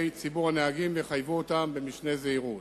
ציבור הנהגים ויחייבו אותם במשנה זהירות.